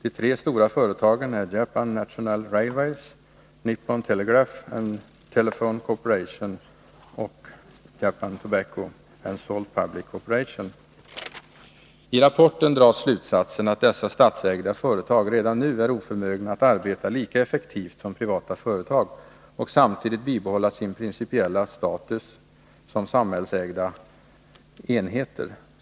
De tre stora företagen är Japan National Railways, Nippon Telegraph and Telephone Corp. och Japan Tobacco and Salt Public Corp.” I rapporten dras slutsatsen att dessa statsägda företag redan nu är oförmögna att arbeta lika effektivt som privata företag och samtidigt bibehålla sin principiella status som samhällsägda enheter.